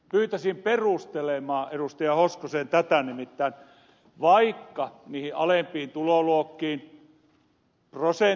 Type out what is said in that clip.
hoskosta perustelemaan tätä nimittäin vaikka niihin alempiin tuloluokkiin norosen